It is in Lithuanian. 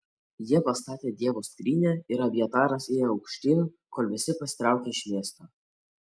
jie pastatė dievo skrynią ir abjataras ėjo aukštyn kol visi pasitraukė iš miesto